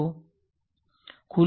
Student